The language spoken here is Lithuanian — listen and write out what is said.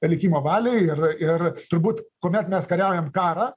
likimo valioj ir ir turbūt kuomet mes kariaujam karą